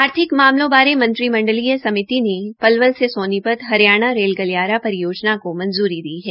आर्थिक मामलों बारे मंत्रिमंडलीय समिति ने पलवल से सोनीपत रेल गलियारा परियोजना को मंजूरी दी है